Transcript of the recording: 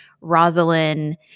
Rosalind